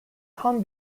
tam